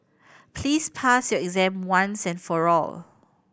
please pass your exam once and for all